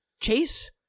Chase